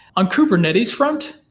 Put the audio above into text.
on kubernetes front,